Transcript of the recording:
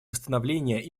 восстановления